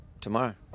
tomorrow